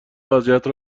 وضعیت